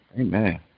Amen